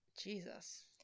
Jesus